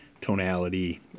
Tonality